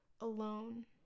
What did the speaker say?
alone